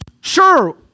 sure